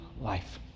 life